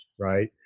right